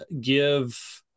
give